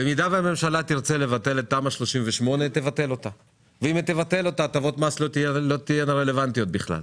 ביחס ל-2026, הואיל ואין הצעה ממשלתית להאריך,